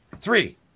three